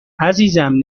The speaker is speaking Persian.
عزیزم